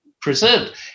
preserved